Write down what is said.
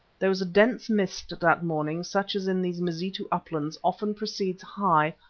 there was a dense mist that morning such as in these mazitu uplands often precedes high,